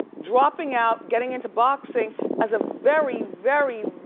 dropping out, getting into boxing as a very, very,